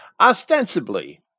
ostensibly